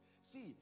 See